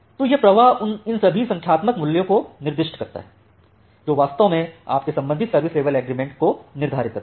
तो यह प्रवाह इन सभी संख्यात्मक मूल्यों को निर्दिष्ट करता है जो वास्तव में आपके संबंधित सर्विस लेवल एग्रीमेंट को निर्धारित करता है